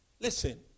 Listen